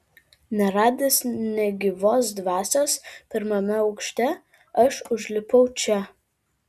neradęs nė gyvos dvasios pirmame aukšte aš užlipau čia